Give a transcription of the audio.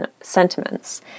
sentiments